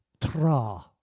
tra